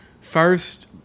first